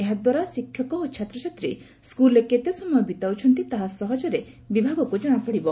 ଏହା ଦ୍ୱାରା ଶିକ୍ଷକ ଓ ଛାତ୍ରଛାତ୍ରୀ ସ୍କୁଲରେ କେତେ ସମୟ ବିତାଉଛନ୍ତି ତାହା ସହଜରେ ବିଭାଗକୁ ଜଶାପଡିବ